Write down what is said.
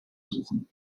suchen